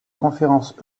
conférence